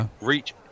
reach